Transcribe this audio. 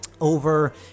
over